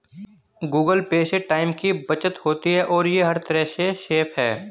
Google Pay से time की बचत होती है और ये हर तरह से सेफ है